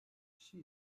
kişi